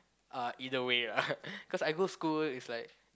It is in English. uh either way lah cause I go school is like